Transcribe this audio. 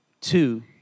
two